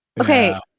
okay